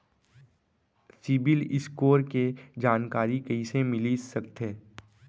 CIBIL score के जानकारी कइसे मिलिस सकथे?